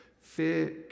Fear